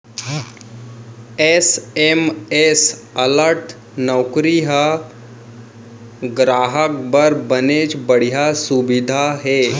SMS alert नउकरी ह गराहक बर बनेच बड़िहा सुबिधा हे